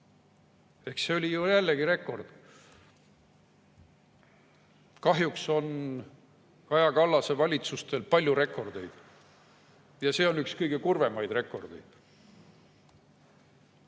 See oli ju jällegi rekord. Kahjuks on Kaja Kallase valitsustel palju rekordeid ja see on neist üks kõige kurvemaid. Üks asi,